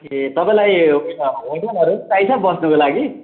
ए तपाईँलाई उयो होटलहरू पनि चाहिन्छ बस्नुको लागि